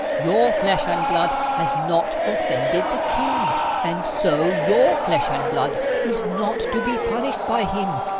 your flesh and blood has not offended the king and so your flesh and blood is not to be punished by him.